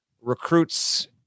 recruits